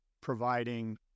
providing